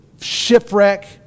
shipwreck